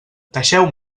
deixeu